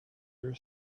your